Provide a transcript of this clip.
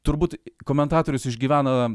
turbūt komentatorius išgyvena